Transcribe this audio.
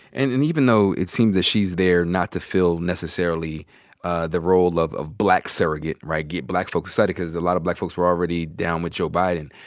and and even though it seems that she's there not to fill necessarily ah the role of of black surrogate, right, get black folks excited, because a lotta black folks were already down with joe biden.